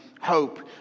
hope